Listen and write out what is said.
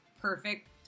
perfect